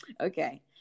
Okay